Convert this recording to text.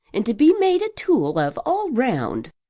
and to be made a tool of all round.